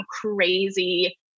crazy